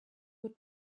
would